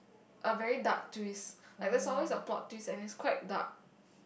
a very dark twist like there's always a plot twist and it's quite dark